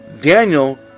Daniel